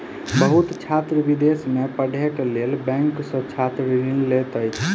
बहुत छात्र विदेश में पढ़ैक लेल बैंक सॅ छात्र ऋण लैत अछि